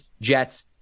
jets